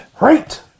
Right